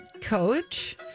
Coach